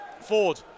Ford